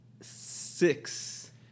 six